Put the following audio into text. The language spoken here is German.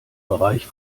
bereich